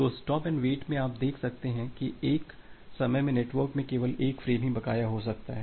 तो stop and wait में आप देख सकते हैं कि एक समय में नेटवर्क में केवल एक फ्रेम ही बकाया हो सकता है